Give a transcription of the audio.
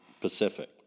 Pacific